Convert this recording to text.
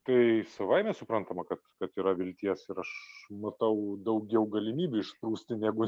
tai savaime suprantama kad kad yra vilties ir aš matau daugiau galimybių išsprūsti negu